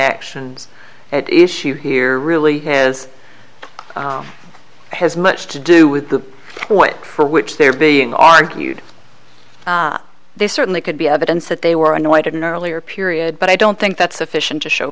actions at issue here really has has much to do with the point for which they are being argued they certainly could be evidence that they were annoyed at an earlier period but i don't think that's sufficient to show